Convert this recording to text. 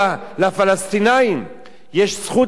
שלפלסטינים יש זכות לפתח,